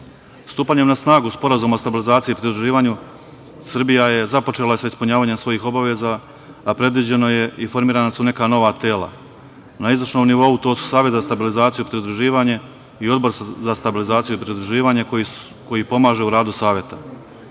procesa. Stupanjem na snagu sporazuma o stabilizaciji pridruživanja, Srbija je započela sa ispunjavanjem svojih obaveza, a predviđeno je i formirana su neka nova tela. Na izvršnom nivou, to su Savet za stabilizaciju pridruživanje i Odbor za stabilizaciju pridruživanje, koji pomaže u radu Saveta. Narodna